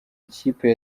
ikipe